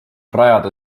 rajada